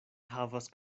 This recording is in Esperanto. havas